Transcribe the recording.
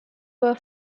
were